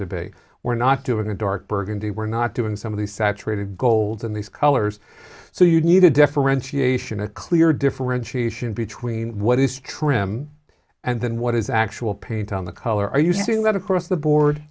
to be we're not doing a dark burgundy we're not doing some of the saturated gold in these colors so you need a differentiation a clear differentiation between what is trim and then what is actual paint on the color are you saying that across the board